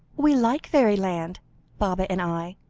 we like fairyland baba and i,